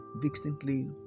distinctly